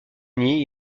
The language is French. uni